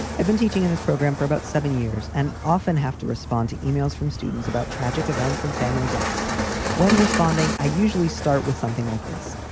i've been teaching in this program for about seven years and often have to respond to emails from students about tragic events and family deaths when responding. i usually start with something like this.